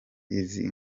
izi